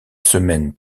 semaine